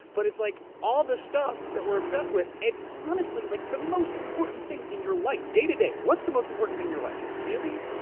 but it's like all the stuff that we're obsessed with and honestly like the most important thing in your life, day to day, what's the most important thing in your life? like really,